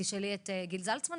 תשאלי את גיל זלצמן,